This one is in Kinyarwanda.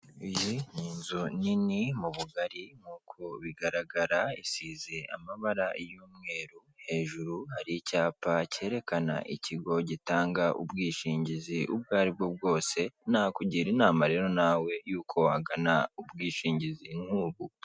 Iyi ni inzu nini mu bugari, nk'uko bigaragara isize amabara y'umweru, hejuru hari icyapa cyerekana ikigo gitanga ubwishingizi ubwo ari bwo bwose; nakugira inama rero nawe yuko wagana ubwishingizi nk'ubu.